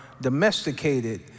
domesticated